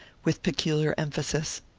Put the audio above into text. with peculiar emphasis.